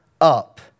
up